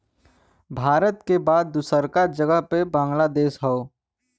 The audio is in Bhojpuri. भारत के बाद दूसरका जगह पे बांग्लादेश हौ